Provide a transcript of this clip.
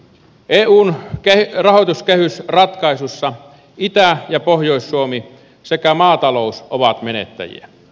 eun rahoituskehysratkaisussa itä ja pohjois suomi sekä maatalous ovat menettäjiä